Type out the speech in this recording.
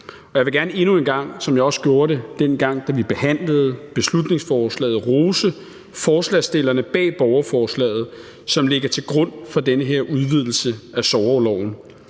Jeg vil gerne endnu en gang, som jeg også gjorde det dengang, da vi behandlede beslutningsforslaget, rose forslagsstillerne bag borgerforslaget, som ligger til grund for den her udvidelse af sorgorloven.